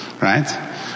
Right